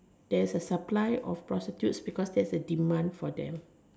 there's a supply of prostitutes because there is a demand for them